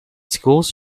schools